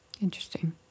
Interesting